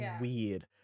weird